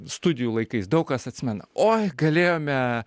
studijų laikais daug kas atsimena oi galėjome